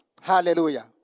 Hallelujah